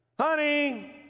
Honey